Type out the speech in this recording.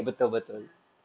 ya